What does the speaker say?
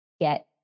get